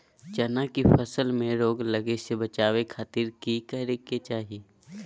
चना की फसल में रोग लगे से बचावे खातिर की करे के चाही?